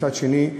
מצד שני,